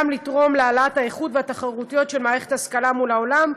גם לתרום להעלאת האיכות והתחרותיות של מערכת ההשכלה מול העולם,